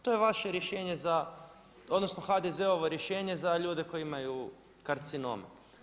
To je vaše rješenje, odnosno HDZ-ovo rješenje za ljude koji imaju karcinome.